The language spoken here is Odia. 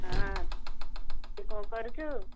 ହଁ କ'ଣ କରୁଛୁ